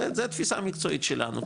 זה תפיסה מקצועית שלנו,